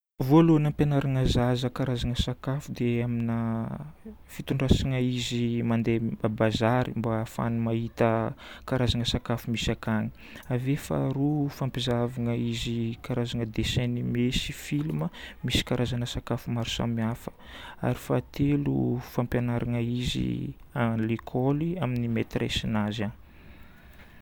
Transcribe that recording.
Voalohany ampianarana zaza karazagna sakafo dia amina fitondrasana izy mandeha bazary mba hahafahany mahita karazagna sakafo misy akagny. Ave faharoa fampizahavina izy ny karazagna dessin animé sy film misy karazagna sakafo maro samihafa. Ary fahatelo fampianarana izy à l'écoly amin'ny maîtressenazy agny.